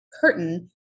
curtain